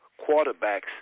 quarterbacks